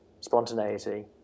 spontaneity